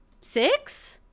six